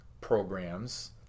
programs